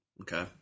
Okay